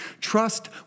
Trust